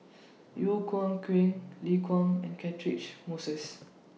Yeo Yeow Kwang Liu Kang and Catchick Moses